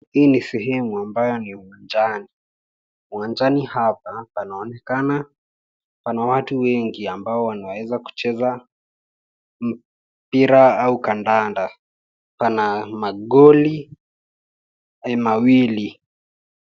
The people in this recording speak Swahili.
Hii ni sehemu ambayo ni uwanjani. Uwajani hapa panaonekana pana watu wengi ambao wanaweza kucheza mpira au kandanda pana magoli mawili.